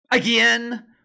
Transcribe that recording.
Again